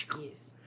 Yes